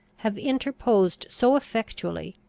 have interposed so effectually,